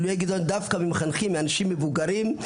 אך נתקל בגילויי גזענות דווקא מאנשי צוות מבוגרים,